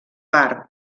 part